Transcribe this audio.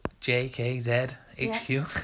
J-K-Z-H-Q